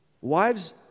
wives